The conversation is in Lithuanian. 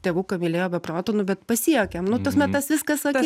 tėvuką mylėjo be proto nu bet pasijuokėm nu ta prasme tas viskas okei